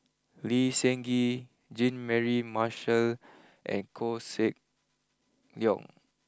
Lee Seng Gee Jean Mary Marshall and Koh Seng Leong